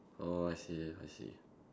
oh I see I see